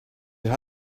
your